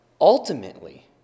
ultimately